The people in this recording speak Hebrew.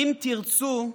"אם תרצו,